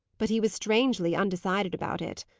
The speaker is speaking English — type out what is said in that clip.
but he was strangely undecided about it.